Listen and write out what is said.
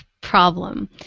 problem